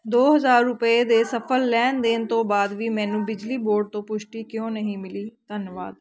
ਦੋ ਹਜ਼ਾਰ ਰੁਪਏ ਦੇ ਸਫਲ ਲੈਣ ਦੇਣ ਤੋਂ ਬਾਅਦ ਵੀ ਮੈਨੂੰ ਬਿਜਲੀ ਬੋਰਡ ਤੋਂ ਪੁਸ਼ਟੀ ਕਿਉਂ ਨਹੀਂ ਮਿਲੀ ਧੰਨਵਾਦ